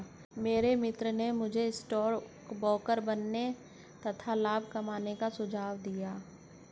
मेरे मित्र ने मुझे भी स्टॉक ब्रोकर बनने तथा लाभ कमाने का सुझाव दिया